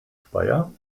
speyer